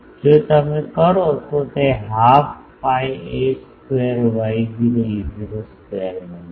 જો તમે કરો તો તે half pi a square Y0 E0 square બને છે